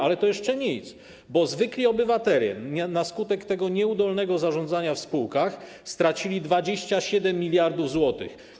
Ale to jeszcze nic, bo zwykli obywatele na skutek tego nieudolnego zarządzania w spółkach stracili 27 mld zł.